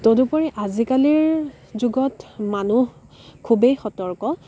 তদুপৰি আজিকালিৰ যুগত মানুহ খুবেই সৰ্তক